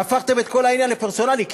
והפכתם את כל העניין לפרסונלי.